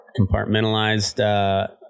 compartmentalized